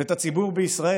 ואת הציבור בישראל.